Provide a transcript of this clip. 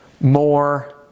more